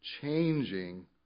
changing